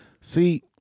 See